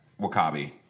wakabi